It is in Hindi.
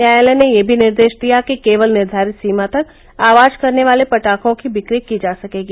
न्यायालय ने यह भी निर्देश दिया कि केवल निर्घारित सीमा तक आवाज करने वाले पटाखों की बिक्री की जा सकेगी